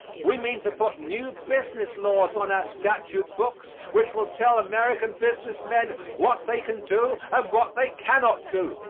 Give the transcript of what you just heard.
we mean to put new business laws on our statute books which will tell american business men what they can do and what they cannot do.